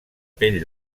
pell